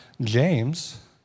James